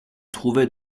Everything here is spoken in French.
trouvait